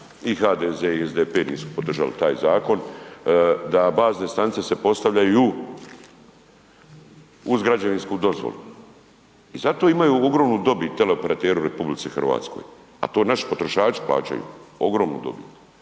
i HDZ i SDP nisu podržali taj zakon da bazne stanice se postavljaju uz građevinsku dozvolu i zato imaju ogromnu dobit teleoperateri u RH, a to naši potrošači plaćaju, ogromnu dobit,